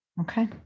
Okay